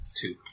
two